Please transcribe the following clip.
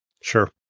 Sure